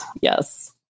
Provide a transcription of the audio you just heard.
Yes